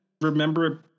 remember